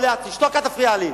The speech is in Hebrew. תשתוק, אל תפריע לי.